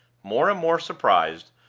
more and more surprised,